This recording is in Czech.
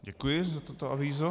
Děkuji za toto avízo.